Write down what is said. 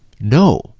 No